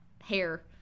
hair